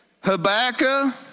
Habakkuk